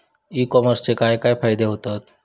E कॉमर्सचे काय काय फायदे होतत?